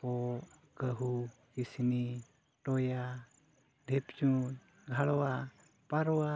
ᱠᱚᱸᱜ ᱠᱟᱹᱦᱩ ᱠᱤᱥᱱᱤ ᱴᱚᱭᱟ ᱰᱷᱤᱯᱪᱩᱭ ᱜᱷᱟᱲᱣᱟ ᱯᱟᱨᱣᱟ